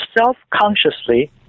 self-consciously